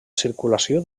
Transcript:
circulació